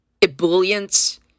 ebullience